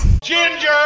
Ginger